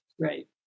Right